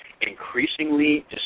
increasingly